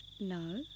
No